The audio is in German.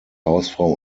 hausfrau